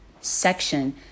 section